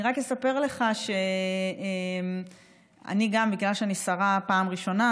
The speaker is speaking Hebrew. אני רק אספר לך שבגלל שאני שרה בפעם הראשונה,